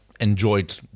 Enjoyed